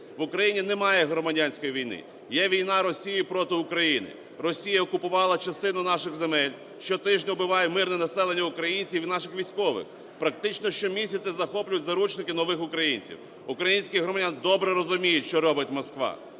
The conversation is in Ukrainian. В Україні немає громадянської війни, є війна Росії проти України, Росія окупувала частину наших земель, щотижня вбиває мирне населення українців і наших військових, практично щомісяця захоплюють в заручники нових українців. Українські громадяни добре розуміють, що робить Москва.